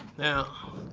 now,